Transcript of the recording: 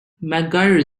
mcguire